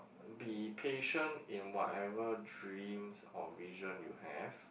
be patient in whatever dreams or vision you have